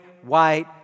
white